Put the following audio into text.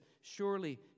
Surely